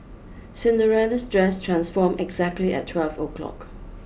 Cinderella's dress transformed exactly at twelve o' clock